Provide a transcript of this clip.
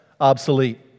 obsolete